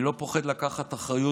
אני לא פוחד לקחת אחריות.